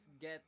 get